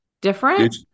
different